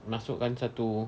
masukkan satu